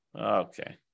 Okay